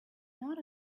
not